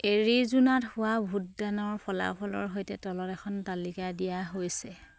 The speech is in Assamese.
এৰিজোনাত হোৱা ভোটদানৰ ফলাফলৰ সৈতে তলত এখন তালিকা দিয়া হৈছে